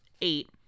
eight